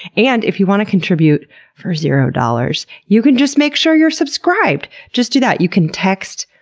and if you want to contribute for zero dollars you can just make sure you're subscribed. just do that. you can text,